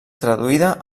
traduïda